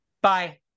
Bye